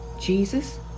Jesus